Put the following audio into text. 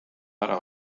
ära